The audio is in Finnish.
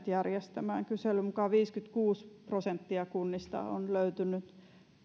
järjestämään kyselyn mukaan viisikymmentäkuusi prosenttia kunnista on löytänyt